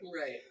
Right